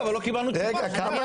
אבל לא קיבלנו מענה.